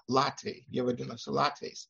latviai jie vadinosi latviais